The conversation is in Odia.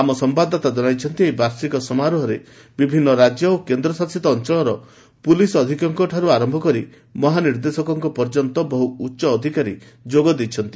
ଆମ ସମ୍ଭାଦଦାତା କଣାଇଛନ୍ତି ଏହି ବାର୍ଷିକ ସମାରୋହରେ ବିଭିନ୍ନ ରାଜ୍ୟ ଓ କେନ୍ଦ୍ରଶାସିତ ଅଞ୍ଚଳର ପୁଲିସ୍ ଅଧୀକ୍ଷକଙ୍କଠାରୁ ଆରମ୍ଭ କରି ମହାନିର୍ଦ୍ଦେଶକଙ୍କ ପର୍ଯ୍ୟନ୍ତ ବହୁ ଉଚ୍ଚ ଅଧିକାରୀ ଯୋଗ ଦେଇଛନ୍ତି